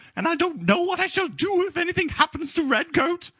and i don't know what i shall do if anything happens to redcoat.